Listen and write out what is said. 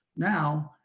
now,